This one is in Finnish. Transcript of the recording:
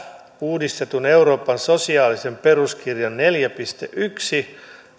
uudistetun euroopan sosiaalisen peruskirjan neljän piste ensimmäisen